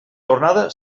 tornada